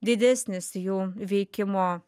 didesnis jų veikimo